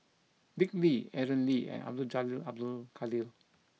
Dick Lee Aaron Lee and Abdul Jalil Abdul Kadir